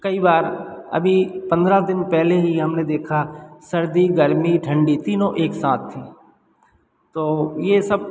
कई बार अभी पन्द्रह दिन पहले ही हमने देखा सर्दी गर्मी ठंडी तीनों एक साथ थी तो यह सब